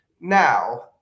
Now